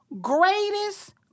greatest